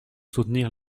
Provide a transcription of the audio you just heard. soutenir